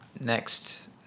next